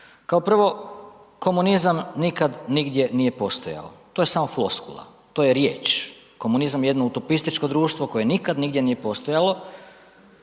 Kao prvo, komunizam nikad nigdje nije postajao, to je samo floskula, to je riječ, komunizam je jedno utopističko društvo koje nikad nigdje nije postojalo.